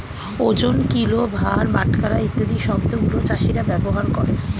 ওজন, কিলো, ভার, বাটখারা ইত্যাদি শব্দ গুলো চাষীরা ব্যবহার করে